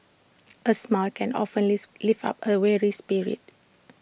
A smile can often lease lift up A weary spirit